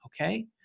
okay